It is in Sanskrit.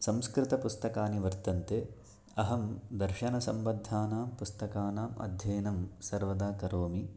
संस्कृतपुस्तकानि वर्तन्ते अहं दर्शनसम्बद्धानां पुस्तकानाम् अध्ययनं सर्वदा करोमि